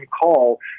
call